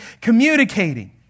communicating